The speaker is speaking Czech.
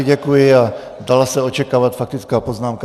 Děkuji a dala se očekávat faktická poznámka.